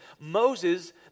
Moses